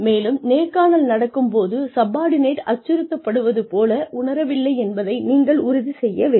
மேலும் நேர்காணல் நடக்கும் போது சப்பார்டினேட் அச்சுறுத்தப்படுவது போல உணரவில்லை என்பதையும் நீங்கள் உறுதி செய்ய வேண்டும்